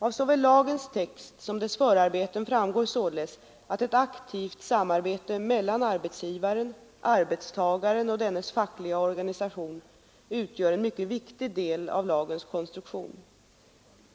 Av såväl lagens text som dess förarbeten framgår således att ett aktivt samarbete mellan arbetsgivaren, arbetstagaren och dennes fackliga organisation utgör en mycket viktig del av lagens konstruktion.